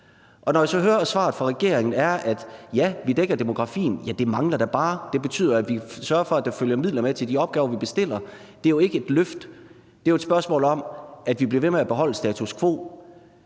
Når jeg så hører svaret fra regeringen, som er: Ja, vi dækker demografien, tænker jeg, at ja, det mangler da bare, det betyder, at vi sørger for, at der følger midler med til de opgaver, vi bestiller; det er jo ikke et løft, men et spørgsmål om, at vi bliver ved med at holde status quo.